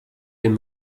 dem